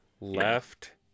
left